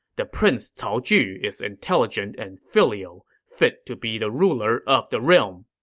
the prince cao ju is intelligent and filial, fit to be the ruler of the realm.